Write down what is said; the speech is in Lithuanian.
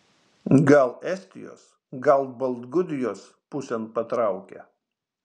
gal estijos gal baltgudijos pusėn patraukė